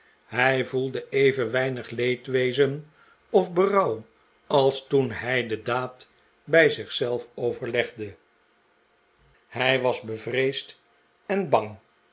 hij voelde even weinig leedwezen of berouw als toen hij de daad bij zich zelf overlegde hij was bevreesd en bang